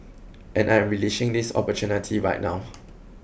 and I am relishing this opportunity right now